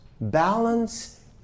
balance